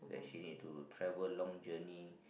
that she need to travel long journey